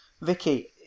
Vicky